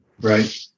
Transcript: right